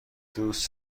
دوست